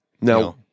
no